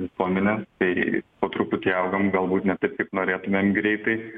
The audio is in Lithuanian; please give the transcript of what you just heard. visuomenės kai po truputį augam galbūt ne taip kaip norėtumėm greitai